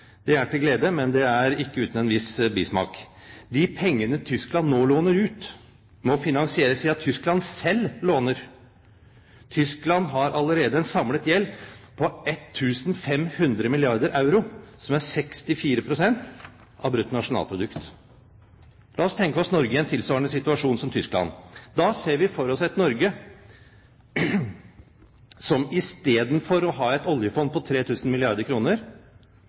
Det er til glede, men det er ikke uten en viss bismak. De pengene Tyskland nå låner ut, må finansieres ved at Tyskland selv låner. Tyskland har allerede en samlet gjeld på 1 500 milliarder euro, som er 64 pst. av bruttonasjonalprodukt. La oss tenke oss Norge i en tilsvarende situasjon. Da ser vi for oss et Norge som istedenfor å ha et oljefond på 3 000 milliarder